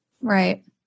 Right